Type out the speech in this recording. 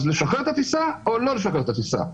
אז לשחרר את הטיסה או לא לשחרר את הטיסה?